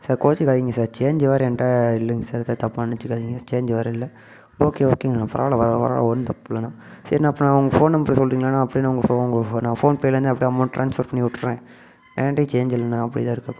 sir கோச்சுசிக்காதீங்க sir change வேறு என்கிட்ட இல்லைங்க சார் எதாது தப்பாக நினைச்சிக்காதீங்க சேஞ்ச் வேறு இல்லை ஓகே ஓகேங்கண்ணா பரவால்லை பரவால்லை ஒன்றும் தப்பு இல்லைண்ணா சரியண்ணா அப்படினா உங்கள் ஃபோன் நம்பர் சொல்கிறீங்களாண்ணா அப்படியே நான் உங்கள் ஃபோ நான் ஃபோன் பேலேருந்து அப்படியே அமௌண்ட் ட்ரான்ஸ்பர் பண்ணிவிட்றேன் ஏன்கிட்டையும் சேஞ்ச் இல்லைண்ணா அப்படியே தான் இருக்குது அகௌண்டு